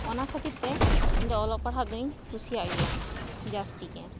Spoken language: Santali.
ᱚᱱᱟ ᱠᱷᱟᱹᱛᱤᱨ ᱛᱮ ᱤᱧ ᱫᱚ ᱚᱞᱚᱜ ᱯᱟᱲᱦᱟᱜ ᱫᱚᱹᱧ ᱠᱩᱥᱤᱭᱟᱜ ᱜᱮᱭᱟ ᱡᱟᱹᱥᱛᱤ ᱜᱮ